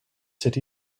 city